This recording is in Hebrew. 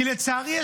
כי לצערי,